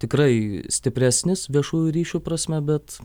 tikrai stipresnis viešųjų ryšių prasme bet